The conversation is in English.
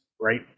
right